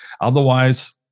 Otherwise